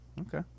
okay